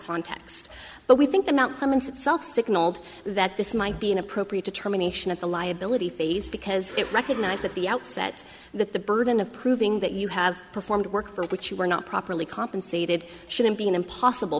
context but we think about some and signaled that this might be an appropriate determination at the liability phase because it recognized at the outset that the burden of proving that you have performed work for which you were not properly compensated shouldn't be an impossible